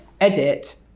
edit